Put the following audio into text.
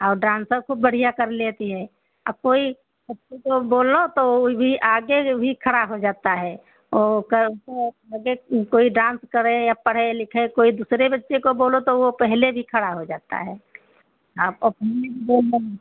और डान्सौ ख़ूब बढ़िया कर लेती है अब कोई बच्चे को बोलो तो उई भी आगे भी खड़ा हो जाता है वो अगर कोई डान्स करे या पढ़ै लिखै कोई दुसरे बच्चे को बोलो तो वह पहले भी खड़ा हो जाता है आप अपनी